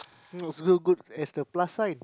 not so good as the plus sign